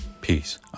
Peace